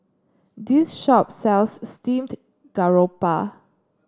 this shop sells Steamed Garoupa